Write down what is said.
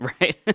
Right